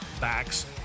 backs